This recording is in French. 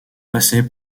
passer